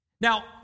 Now